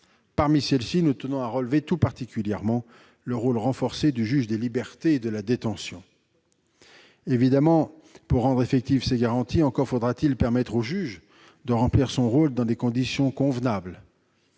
Parmi celles-ci, nous tenons à relever tout particulièrement le rôle renforcé du juge des libertés et de la détention. Évidemment, pour rendre effectives ces garanties, encore faut-il permettre au juge de remplir son rôle dans des conditions convenables.